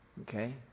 Okay